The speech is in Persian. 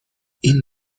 این